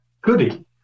goody